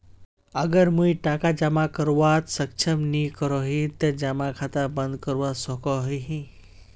अगर मुई टका जमा करवात सक्षम नी करोही ते जमा खाता बंद करवा सकोहो ही?